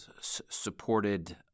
supported